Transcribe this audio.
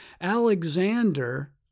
Alexander